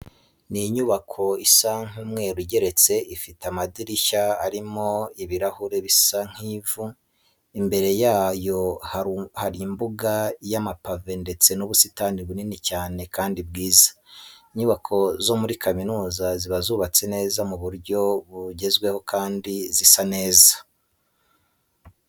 Ni inyubako isa umweru igeretse, ifite amadirishya arimo ibirahure bisa nk'ivu. Imbere yayo hari umbuga y'amapave ndetse n'ubusitani bunini cyane kandi bwiza. Inyubako zo muri kaminuza ziba zubatse neza mu buryo bugezweho kandi zisa neza.